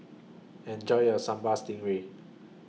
Enjoy your Sambal Stingray